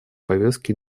повестке